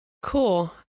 Cool